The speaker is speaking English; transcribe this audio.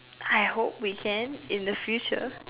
I hope we can in the future